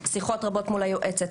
שיחות רבות מול היועצת,